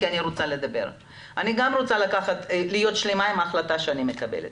אני רוצה להיות שלמה עם החלטה שאני מקבלת.